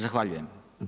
Zahvaljujem.